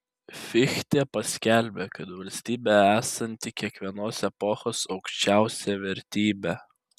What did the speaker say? fichtė paskelbė kad valstybė esanti kiekvienos epochos aukščiausia vertybė